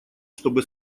чтобы